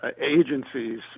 agencies